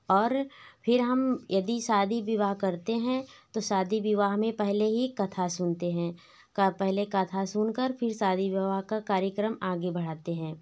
और फिर हम यदि शादी विवाह करते हैं तो शादी विवाह में पहले ही कथा सुनते हैं पहले कथा सुन कर फिर शादी विवाह का कार्यक्रम आगे बढ़ाते हैं